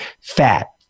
Fat